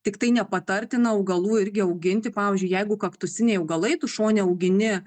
tiktai nepatartina augalų irgi auginti pavyzdžiui jeigu kaktusiniai augalai tu šone augini